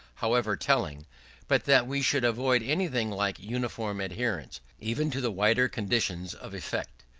however telling but that we should avoid anything like uniform adherence, even to the wider conditions of effect.